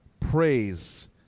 Praise